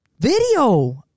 video